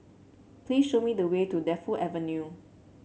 please show me the way to Defu Avenue